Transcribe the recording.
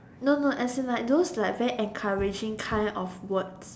no no as in like those like very encouraging kind of words